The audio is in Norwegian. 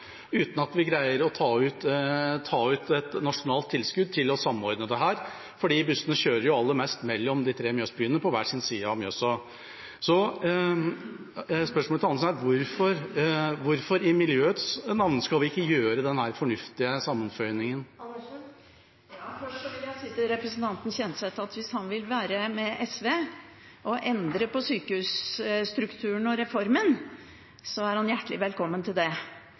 uten at vi greier å ta ut et nasjonalt tilskudd til å samordne dette, for bussene kjører aller mest mellom de tre mjøsbyene – de kjører på hver sin side av Mjøsa. Spørsmålet mitt til Andersen er: Hvorfor – i miljøets navn – skal vi ikke gjøre denne fornuftige sammenføyningen? Først vil jeg si til representanten Kjenseth at hvis han vil være med SV og endre på sykehusstrukturen og -reformen, er han hjertelig velkommen til det.